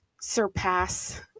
surpass